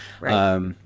Right